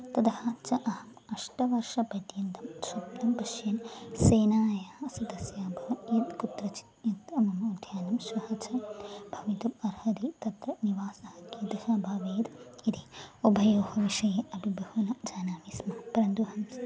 ततः च अहम् अष्टवर्षपर्यन्तं स्वप्नं पश्यन् सेनायाः सदस्या अभवं यत् कुत्रचित् यत् मम उद्यानं श्वः च भवितुम् अर्हति तत्र निवासः कीदृशः भवेत् इति उभयोः विषये अपि बहु न जानामि स्म परन्तु अहम्